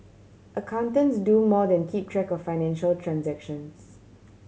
accountants do more than keep track of financial transactions